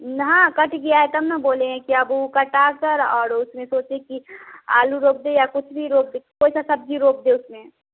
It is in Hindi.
हाँ कट गया है तब ना बोले है कि अब ऊ कटाकर और उसमें सोचे की आलू रोप दे या कुछ भी रोप दे कोई सा सब्ज़ी रोप दे उसमें